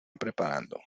preparando